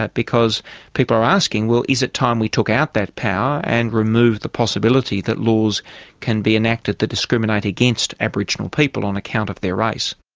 because people are asking, well, is it time we took out that power and remove the possibility that laws can be enacted that discriminate against aboriginal people on account of their race?